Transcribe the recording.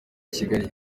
kigali